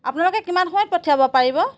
আপোনালোকে কিমান সময়ত পঠিয়াব পাৰিব